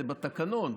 זה בתקנון,